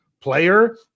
player